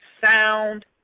sound